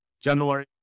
January